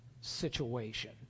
situation